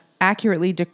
accurately